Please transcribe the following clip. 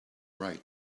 write